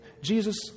Jesus